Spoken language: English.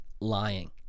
lying